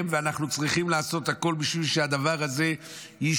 ואנחנו צריכים לעשות הכול בשביל שהדבר הזה ישתנה.